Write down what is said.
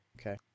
okay